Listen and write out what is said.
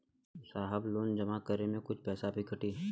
साहब लोन जमा करें में कुछ पैसा भी कटी?